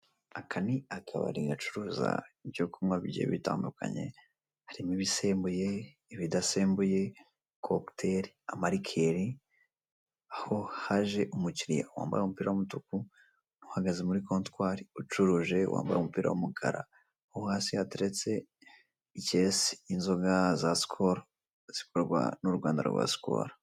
Aka ni akabari gucuruza ibyo kunywa bagiye bitandukanye, harimo ibisembuye n'ibidasembuye, kokiteli, amalikeli, aho haje umukiliya wambaye umupira w'umutuku uhagaze muri kontwari, ucuruje wambaye umupira w'umukara, aho hasi hateretse ikesi y'inzoga za sikolo zikorwa n'uruganda rwa sikolo.